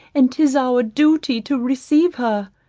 and tis our duty to receive her.